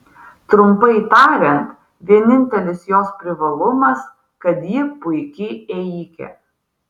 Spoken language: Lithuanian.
trumpai tariant vienintelis jos privalumas kad ji puiki ėjikė